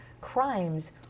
crimes